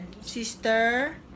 Sister